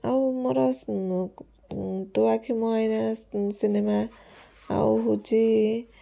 ଆଉ ମୋର ତୋ ଆଖି ମୋ ଆଇନାର ସିନେମା ଆଉ ହେଉଛି